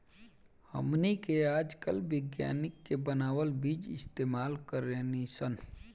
हमनी के आजकल विज्ञानिक के बानावल बीज इस्तेमाल करेनी सन